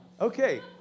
Okay